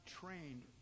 trained